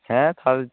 হ্যাঁ